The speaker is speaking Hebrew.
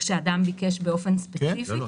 כאשר אדם ביקש באופן ספציפי, כן.